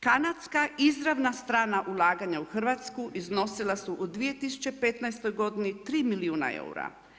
Kanadska izravna strana ulaganja u Hrvatsku iznosila su u 2015. godini 3 milijuna eura.